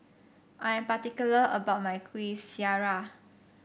I am particular about my Kuih Syara